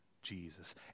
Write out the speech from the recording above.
jesus